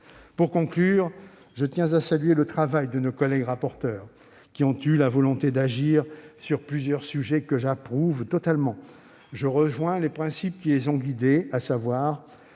Pour conclure, je tiens à saluer le travail de nos collègues rapporteurs, qui ont eu la volonté d'agir dans différents domaines que j'approuve totalement. Je rejoins les principes qui les ont guidés, à savoir